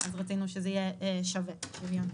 אז רצינו שזה יהיה שווה, שוויוני.